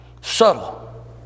Subtle